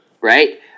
Right